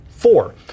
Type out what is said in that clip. Four